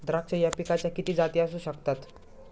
द्राक्ष या पिकाच्या किती जाती असू शकतात?